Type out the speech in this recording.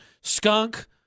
skunk